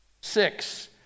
Six